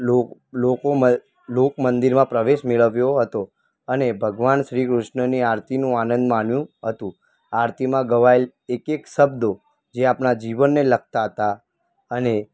લોક લોકોમાં લોક મંદિરમાં પ્રવેશ મેળવ્યો હતો અને ભગવાન શ્રી કૃષ્ણની આરતીનો આનંદ માણ્યો હતો આરતીમાં ગવાયેલા એક એક શબ્દો એ આપણાં જીવનને લગતા હતા અને